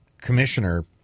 Commissioner